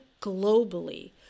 globally